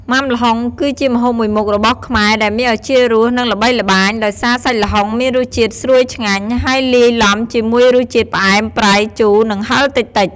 មុាំល្ហុង គឺជាម្ហូបមួយមុខរបស់ខ្មែរដែលមានឱជារស និងល្បីល្បាញ ដោយសារសាច់ល្ហុងមានរសជាតិស្រួយឆ្ងាញ់ ហើយលាយលំជាមួយរសជាតិ ផ្អែម ប្រៃ ជូរ និងហឹរតិចៗ។